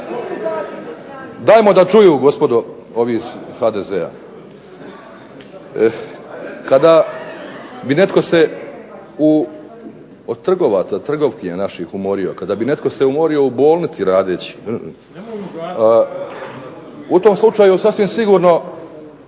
Dajmo da čuju gospodo ovi iz HDZ-a. Kada bi netko se u, od trgovaca, trgovkinja naših umorio, kada bi netko se umorio u bolnici radeći, u tom slučaju sasvim sigurno